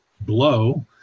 blow